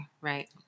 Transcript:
right